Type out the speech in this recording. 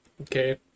Okay